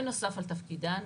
בנוסף על תפקידן,